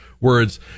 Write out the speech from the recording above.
words